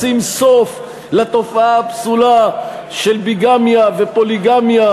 לשים סוף לתופעה הפסולה של ביגמיה ופוליגמיה